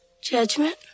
Judgment